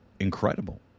incredible